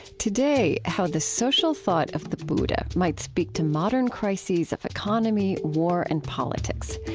today, how the social thought of the buddha might speak to modern crises of economy war and politics.